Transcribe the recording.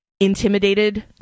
intimidated